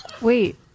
wait